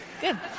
Good